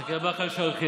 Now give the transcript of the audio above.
מסתכל על באקה אל-שרקייה,